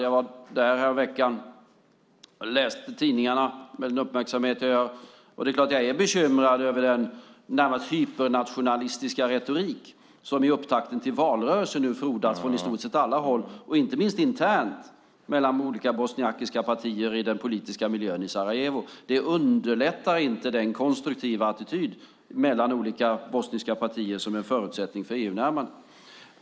Jag var där häromveckan och läste tidningarna uppmärksamt, och det är klart att jag är bekymrad över den närmast hypernationalistiska retorik som i upptakten för valrörelsen nu frodas från i stort sett alla håll, inte minst internt mellan olika bosniakiska partier i den politiska miljön i Sarajevo. Det underlättar inte den konstruktiva attityd mellan olika bosniska partier som är en förutsättning för EU-närmandet.